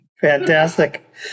fantastic